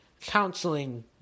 counseling